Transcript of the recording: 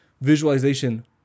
Visualization